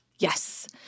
Yes